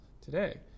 today